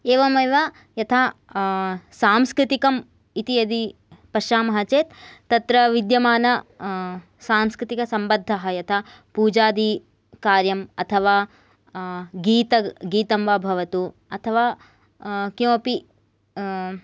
एवमेव यथा सांस्कृतिकं इति यदि पश्यामः चेत् तत्र विद्यमान सांस्कृतिक सम्बद्धः यथा पूजादि कार्यम् अथवा गीत गीतं वा भवतु अथवा किमपि